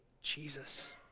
Jesus